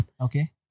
okay